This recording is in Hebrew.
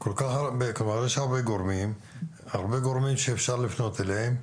כל כך הרבה גורמים שאפשר לפנות אליהם.